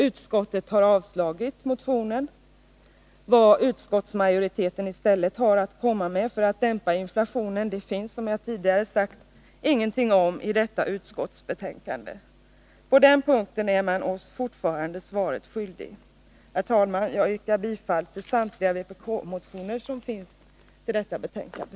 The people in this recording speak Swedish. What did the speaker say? Utskottet har emellertid avstyrkt motionen i fråga. Vad utskottsmajoriteten i stället har att komma med för att dämpa inflationen framgår, som jag tidigare har sagt, inte i detta utskottsbetänkande. På den punkten är man oss fortfarande svaret skyldig. Herr talman! Jag yrkar bifall till samtliga vpk-motioner i detta betänkande.